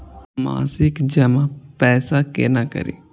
मासिक जमा पैसा केना करी?